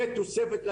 זו תוספת לתכנון.